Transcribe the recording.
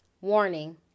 Warning